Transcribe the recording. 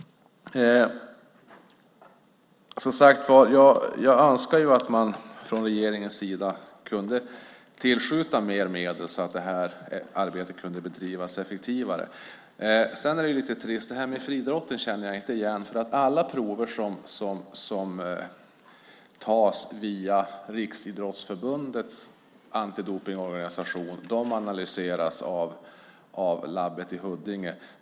Jag önskar att man från regeringens sida kunde tillskjuta mer medel, så att det här arbetet kunde bedrivas effektivare. Det här med friidrotten är lite trist. Det känner jag inte igen. Alla prover som tas via Riksidrottsförbundets antidopningsorganisation analyseras av labbet i Huddinge.